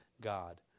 God